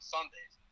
Sundays